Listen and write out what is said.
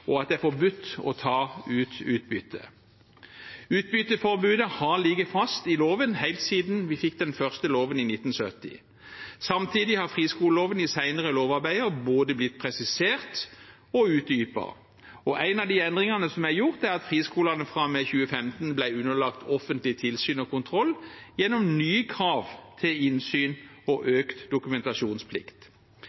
og at det er forbudt å ta ut utbytte. Utbytteforbudet har ligget fast i loven helt siden vi fikk den første loven i 1970. Samtidig har friskoleloven i senere lovarbeider blitt både presisert og utdypet, og en av de endringene som er gjort, er at friskolene fra og med 2015 ble underlagt offentlig tilsyn og kontroll gjennom nye krav til innsyn og